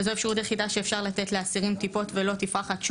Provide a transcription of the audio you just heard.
זאת האפשרות היחידה שאפשר לתת לאסירים טיפות ולא תפרחת,